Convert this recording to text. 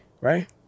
right